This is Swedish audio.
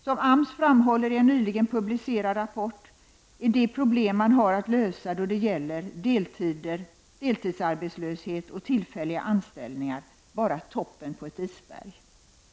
Som AMS framhåller i en nyligen publicerad rapport är de problem man har att lösa då det gäller deltidsarbetslöshet och tillfälliga anställningar bara toppen på ett isberg.